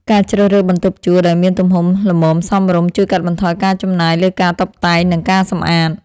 ការជ្រើសរើសបន្ទប់ជួលដែលមានទំហំល្មមសមរម្យ ជួយកាត់បន្ថយការចំណាយលើការតុបតែង និងការសម្អាត។